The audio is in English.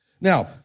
Now